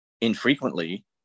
infrequently